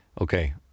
okay